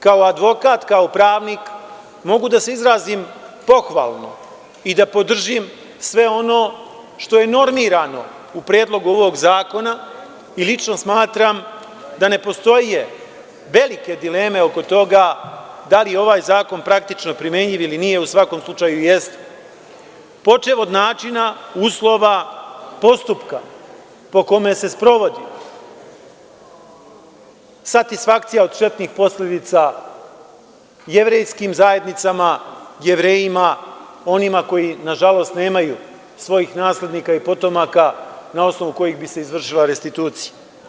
Kao advokat, kao pravnik, mogu da se izrazim pohvalno i da podržim sve ono što je normirano u Predlogu ovog zakona i lično smatram da ne postoje velike dileme oko toga da li je ovaj zakon praktično primenjiv ili nije, u svakom slučaju jeste, počev od načina uslova postupka po kome se sprovodi satisfakcija od štetnih posledica Jevrejskim zajednicama, Jevrejima, onima koji nažalost nemaju svojih naslednika i potomaka na osnovu kojih bi se izvršila restitucija.